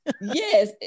Yes